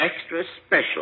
extra-special